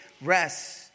rest